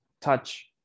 touch